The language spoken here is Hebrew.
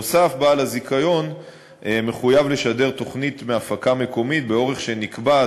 נוסף על כך בעל הזיכיון מחויב לשדר תוכנית מהפקה מקומית באורך שנקבע,